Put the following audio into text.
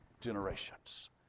generations